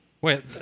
Wait